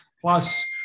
plus